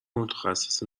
متخصص